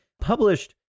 published